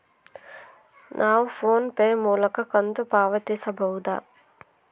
ನಾವು ಫೋನ್ ಪೇ ಮೂಲಕ ಕಂತು ಪಾವತಿಸಬಹುದಾ?